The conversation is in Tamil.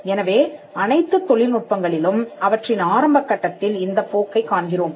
எனவே அனைத்துத் தொழில்நுட்பங்களிலும் அவற்றின் ஆரம்பகட்டத்தில் இந்தப் போக்கைக் காண்கிறோம்